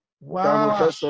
Wow